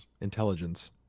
intelligence